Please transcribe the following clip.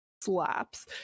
slaps